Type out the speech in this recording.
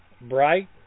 bright